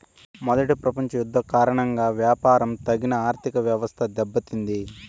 మొదటి ప్రపంచ యుద్ధం కారణంగా వ్యాపారం తగిన ఆర్థికవ్యవస్థ దెబ్బతింది